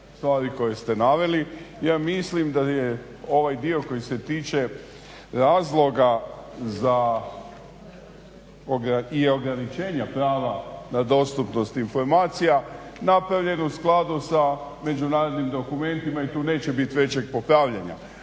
stvari koje ste naveli. Ja mislim da je ovaj dio koji se tiče razloga za i ograničenja prava na dostupnost informacija napravljen u skladu sa međunarodnim dokumentima i tu neće biti većeg popravljanja.